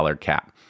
cap